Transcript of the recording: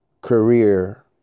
career